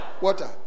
Water